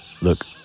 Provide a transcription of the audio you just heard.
Look